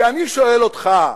כי, אני שואל אותך,